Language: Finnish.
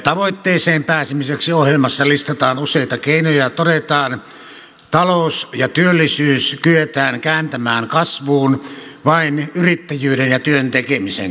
tavoitteeseen pääsemiseksi ohjelmassa listataan useita keinoja ja todetaan että talous ja työllisyys kyetään kääntämään kasvuun vain yrittäjyyden ja työn tekemisen kautta